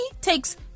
takes